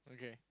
okay